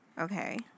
Okay